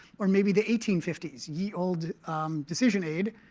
or maybe the eighteen fifty s ye olde decision aid.